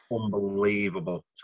unbelievable